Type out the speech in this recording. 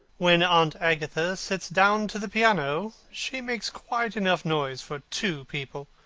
when aunt agatha sits down to the piano, she makes quite enough noise for two people.